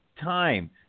time